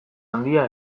handia